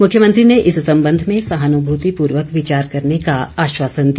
मुख्यमंत्री ने इस संबंध में सहानुभूतिपूर्वक विचार करने का आश्वासन दिया